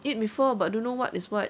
eat before but don't know what is what